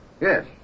Yes